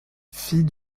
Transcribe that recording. fille